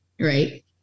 Right